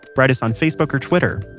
write us on facebook or twitter,